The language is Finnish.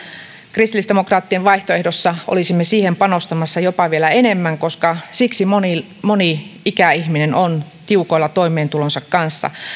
kristillisdemokraattien vaihtoehdossa olisimme siihen panostamassa jopa vielä enemmän koska niin moni ikäihminen on tiukoilla toimeentulonsa kanssa